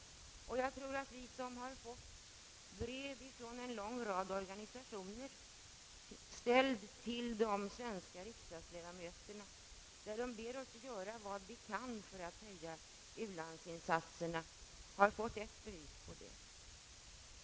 Vi som har fått brev från en lång rad organisationer, ställda till de svenska riksdagsledamöterna, i vilka man ber oss göra vad vi kan för att höja u-landsinsatserna, har fått ett bevis på den saken.